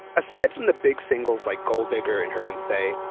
aside from the big singles like gold digger and heard em say,